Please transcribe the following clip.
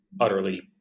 utterly